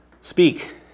Speak